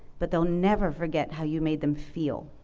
but they'll never forget how you made them feel.